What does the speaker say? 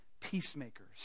peacemakers